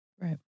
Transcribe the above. Right